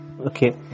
okay